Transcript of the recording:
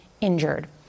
injured